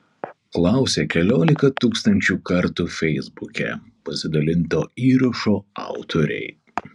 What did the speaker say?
klausia keliolika tūkstančių kartų feisbuke pasidalinto įrašo autoriai